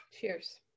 cheers